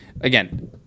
again